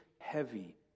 heavy